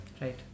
Right